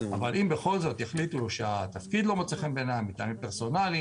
אבל אם בכל זאת יחליטו שהתפקיד לא מוצא חן בעיניהם מטעמים פרסונליים,